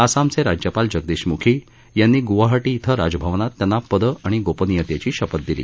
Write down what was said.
आसामचे राज्यपाल जगदीश मुखी यांनी गुवाहाटी इथं राजभवनात त्यांना पद आणि गोपनियतेची शपथ दिली